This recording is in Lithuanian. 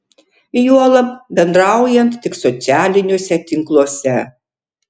juolab bendraujant tik socialiniuose tinkluose